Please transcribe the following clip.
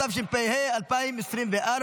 התשפ"ה 2024,